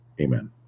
Amen